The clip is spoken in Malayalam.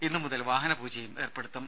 ഇന്നു മുതൽ വാഹന പൂജയും ഏർപ്പെടുത്തും